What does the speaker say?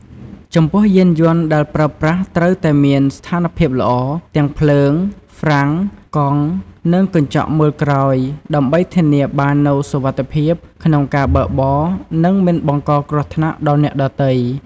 ចំពោះ យានយន្តដែលប្រើប្រាស់ត្រូវតែមាន ស្ថានភាពល្អ ទាំងភ្លើង ហ្វ្រាំង កង់ និងកញ្ចក់មើលក្រោយ ដើម្បីធានាបាននូវសុវត្ថិភាពក្នុងការបើកបរ និងមិនបង្កគ្រោះថ្នាក់ដល់អ្នកដទៃ។